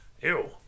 Ew